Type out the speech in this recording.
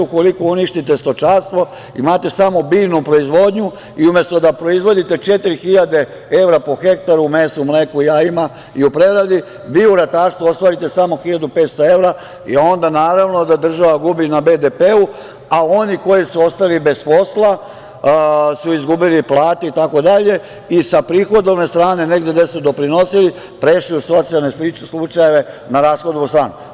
Ukoliko uništite stočarstvo, imate samo biljnu proizvodnju i umesto da proizvodite 4.000 evra po hektaru u mesu, mleku i jajima i preradi, vi u ratarstvu ostvarite samo 1.500 evra i onda naravno da država gubi na BDP-u, a oni koji su ostali bez posla su izgubili plate itd. i sa prihodovne strane, negde gde su doprinosili, prešli u socijalne slučajeve, na rashodnu stranu.